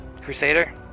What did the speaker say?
crusader